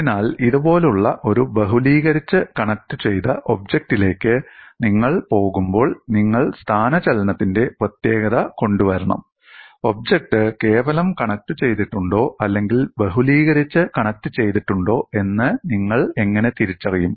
അതിനാൽ ഇതുപോലുള്ള ഒരു ബഹുലീകരിച്ച് കണക്റ്റുചെയ്ത ഒബ്ജക്റ്റിലേക്ക് നിങ്ങൾ പോകുമ്പോൾ നിങ്ങൾ സ്ഥാനചലനത്തിന്റെ പ്രത്യേകത കൊണ്ടുവരണം ഒബ്ജക്റ്റ് കേവലം കണക്റ്റുചെയ്തിട്ടുണ്ടോ അല്ലെങ്കിൽ ബഹുലീകരിച്ച് കണക്റ്റുചെയ്തിട്ടുണ്ടോ എന്ന് നിങ്ങൾ എങ്ങനെ തിരിച്ചറിയും